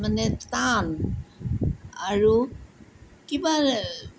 মানে টান আৰু কিবা